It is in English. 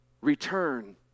Return